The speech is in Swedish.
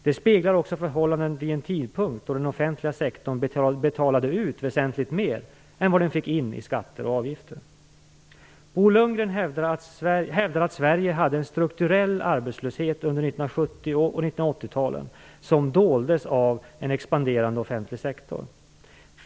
Det speglar också förhållandena vid en tidpunkt då den offentliga sektorn betalade ut väsentligt mer än vad den fick in i skatter och avgifter. Bo Lundgren hävdar att Sverige hade en strukturell arbetslöshet under 1970 och 1980-talen som doldes av en expanderande offentlig sektor.